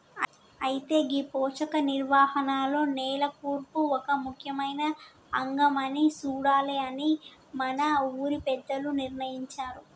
అయితే గీ పోషక నిర్వహణలో నేల కూర్పు ఒక ముఖ్యమైన అంగం అని సూడాలి అని మన ఊరి పెద్దలు నిర్ణయించారు